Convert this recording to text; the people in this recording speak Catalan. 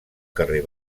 carrer